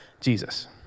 Jesus